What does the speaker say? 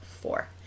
four